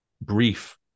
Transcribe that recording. brief